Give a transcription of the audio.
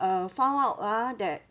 uh found out ah that